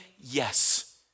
yes